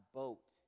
boat